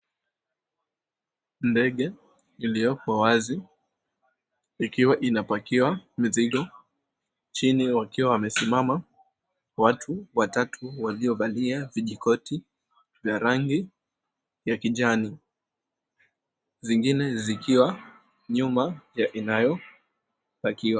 Ndege iliyoko wazi ikiwa inapakiwa mizigo, chini wakiwa wamesimama watu watatu waliovalia vijikoti vya rangi ya kijani, zingine zikiwa nyuma ya inayopakiwa.